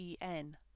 EN